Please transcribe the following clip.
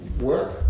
work